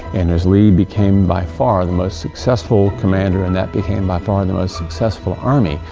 and as lee became by far the most successful commander, and that became by far and the most successful army,